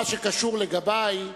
ומה שקשור לגבי,